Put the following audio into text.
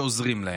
ועוזרים להם,